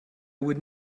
would